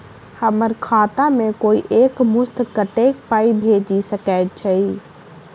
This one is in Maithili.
हम्मर खाता मे कोइ एक मुस्त कत्तेक पाई भेजि सकय छई?